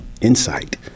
insight